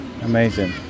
Amazing